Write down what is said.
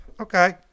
Okay